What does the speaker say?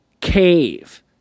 cave